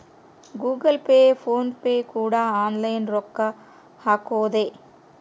Google Pay PhonePe ಕೂಡ online ರೊಕ್ಕ ಹಕೊದೆ